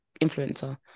influencer